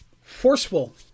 forceful